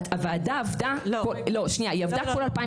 הוועדה עבדה כל 2018,